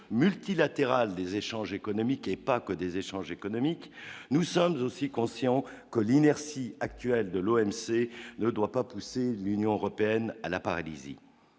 multilatérale des échanges économiques et pas que des échanges économiques, nous sommes aussi conscients que l'inertie actuelles de l'OMC ne doit pas pousser l'Union européenne à la paralysie,